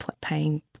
paying